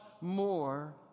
more